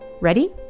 Ready